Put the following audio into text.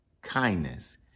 kindness